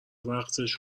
وقتش